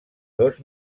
dos